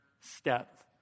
step